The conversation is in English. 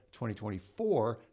2024